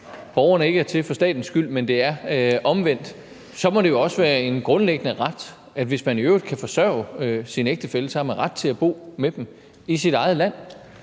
borgerne ikke er til for statens skyld, men at det er omvendt, så må det jo også være en grundlæggende ret, at hvis man i øvrigt kan forsørge sin ægtefælle, så har man ret til at bo med vedkommende i sit eget land.